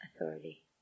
authority